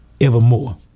evermore